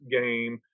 game